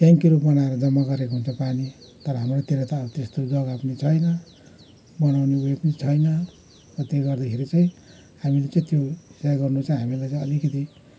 ट्याङ्कीहरू बनाएर जम्मा गरेको हुन्छ पानी तर हाम्रोतिर त अब त्यस्तो जग्गा पनि छैन बनाउने उयो पनि छैन र त्यो गर्दाखेरि चाहिँ हामीले चाहिँ त्यो सिँचाइ गर्नु चाहिँ हामीलाई चाहिँ अलिकति